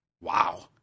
Wow